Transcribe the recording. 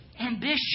ambition